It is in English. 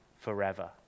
forever